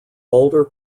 boulder